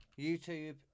YouTube